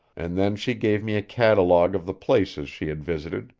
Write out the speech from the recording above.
and then she gave me a catalogue of the places she had visited,